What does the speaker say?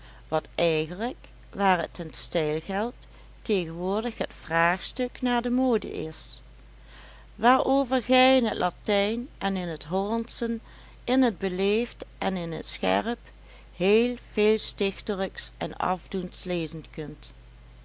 wat eigenlijk waar het den stijl geldt tegenwoordig het vraagstuk naar de mode is waarover gij in t latijn en in t hollandsen in t beleefd en in t scherp heel veel stichtelijks en afdoends lezen kunt